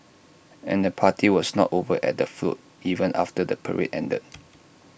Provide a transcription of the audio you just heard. and the party was not over at the float even after the parade ended